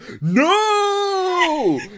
No